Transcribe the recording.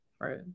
Right